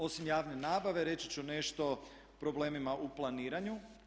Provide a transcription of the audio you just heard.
Osim javne nabave reći ću nešto o problemima u planiranju.